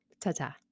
Ta-ta